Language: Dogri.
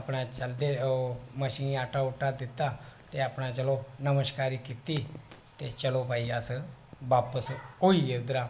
ते अपने चलदे मच्छियें गी आटा दित्ता ते अपने चलो नमस्कारी कीती ते चलो भाई अस बापस होई गे उत्थुआं